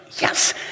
yes